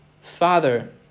Father